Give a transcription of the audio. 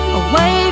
away